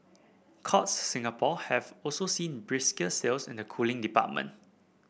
Courts Singapore have also seen brisker sales in the cooling department